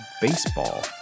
baseball